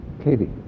Katie